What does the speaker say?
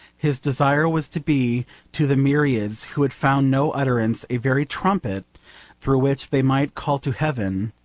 his desire was to be to the myriads who had found no utterance a very trumpet through which they might call to heaven.